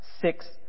six